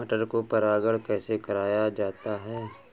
मटर को परागण कैसे कराया जाता है?